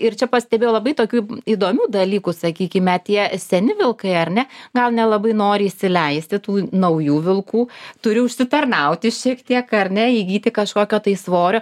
ir čia pastebėjau labai tokių įdomių dalykų sakykime tie seni vilkai ar ne gal nelabai nori įsileisti tų naujų vilkų turi užsitarnauti šiek tiek ar ne įgyti kažkokio tai svorio